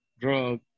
drug